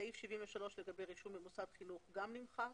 סעיף 73 לגבי רישום במוסד חינוך, נמחק